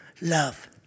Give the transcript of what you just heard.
love